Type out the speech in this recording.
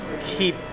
keep